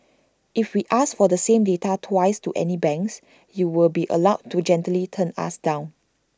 if we ask for the same data twice to any banks you will be allowed to gently turn us down